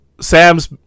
Sam's